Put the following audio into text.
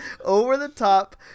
over-the-top